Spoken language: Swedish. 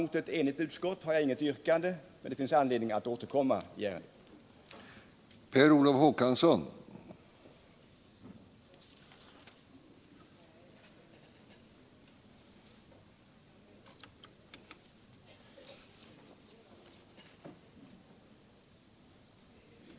Mot ett enigt utskott har jag inget yrkande, men det finns anledning att återkomma i ärendet.